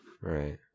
Right